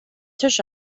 tisch